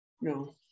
No